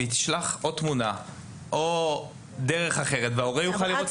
היא תשלח או תמונה או דרך אחרת והורה יוכל לראות.